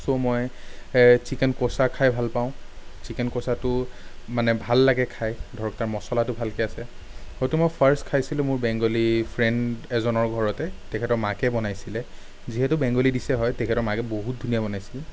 চ' মই চিকেন ক'চা খাই ভাল পাওঁ চিকেন ক'চাটো মানে ভাল লাগে খায় ধৰক তাৰ মছলাটো ভালকে আছে সৌটো মই ফাৰ্ষ্ট খাইছিলোঁ মোৰ বেংগলী ফ্ৰেইণ্ড এজনৰ ঘৰতে তেখেতৰ মাকে বনাইছিলে যিহেতু বেংগলী ডিছে হয় তেখেতৰ মাকে বহুত ধুনীয়া বনাইছিল